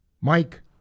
Mike